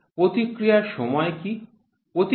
slide time পড়ুন ২৭১১ প্রতিক্রিয়ার সময় কি